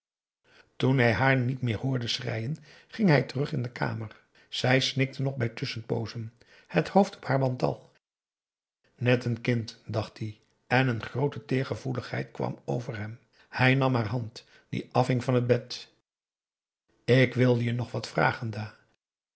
toen hij haar niet meer hoorde schreien ging hij terug in de kamer zij snikte nog bij tusschenpoozen het hoofd op haar bantal net n kind dacht-ie en een groote teergevoeligheid kwam over hem hij nam haar hand die afhing van het bed ik wilde je nog wat vragen dah